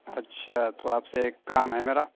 اچھا تو آپ سے ایک کام ہے میرا